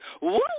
Woo